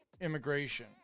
immigration